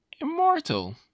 Immortal